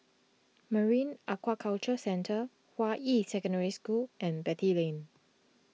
Marine Aquaculture Centre Hua Yi Secondary School and Beatty Lane